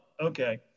okay